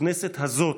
הכנסת הזאת,